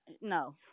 No